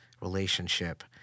relationship